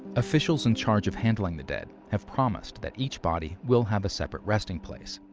officials in charge of handling the dead have promised that each body will have a separate resting place.